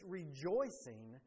rejoicing